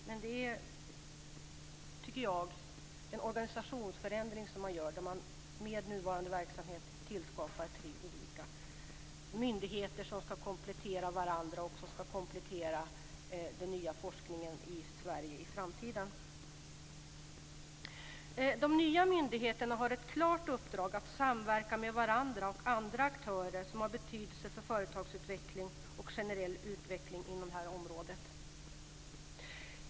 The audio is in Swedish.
Men jag tycker att det är en organisationsförändring som man gör då man med nuvarande verksamhet tillskapar tre olika myndigheter som ska komplettera varandra och den nya forskningen i Sverige i framtiden. De nya myndigheterna har ett klart uppdrag att samverka med varandra och andra aktörer som har betydelse för företagsutveckling och generell utveckling inom detta område.